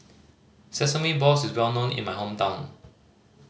sesame balls is well known in my hometown